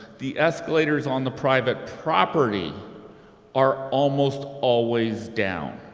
the escalators on the private property are almost always down.